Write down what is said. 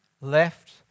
left